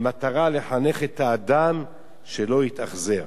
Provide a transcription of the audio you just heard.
במטרה לחנך את האדם שלא יתאכזר.